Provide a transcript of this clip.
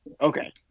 Okay